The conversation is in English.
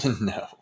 No